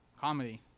comedy